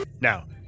now